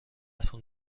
son